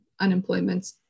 unemployment